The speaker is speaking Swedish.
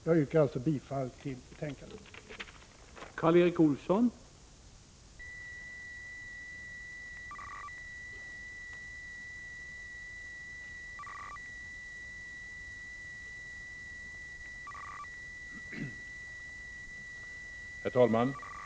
Jag yrkar alltså bifall till utskottets hemställan.